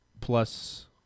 Plus